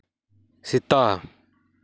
ᱥᱮᱛᱟ